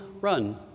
run